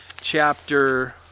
chapter